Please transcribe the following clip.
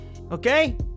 Okay